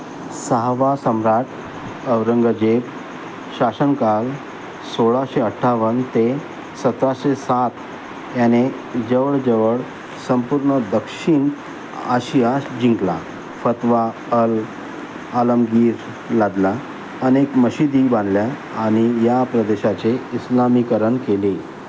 सहावा सम्राट औरंगजेब शासनकाल सोळाशे अठ्ठावन्न ते सतराशे सात याने जवळजवळ संपूर्ण दक्षिण आशिया जिंकला फतवा अल आलमगीर लादला अनेक मशिदी बांधल्या आणि या प्रदेशाचे इस्लामीकरण केले